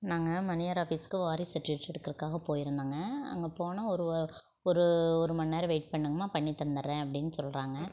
நாங்க மணியாகார் ஆஃபீஸ்க்கு வாரிசு சர்ட்டிஃபிகேட் எடுக்கிறதுக்காக போயிருந்தோங்க அங்கே போனோம் ஒரு ஒரு ஒரு மணி நேரம் வெய்ட் பண்ணுங்கமா பண்ணி தந்துடுறேன் அப்படின்னு சொல்கிறாங்க